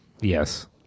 Yes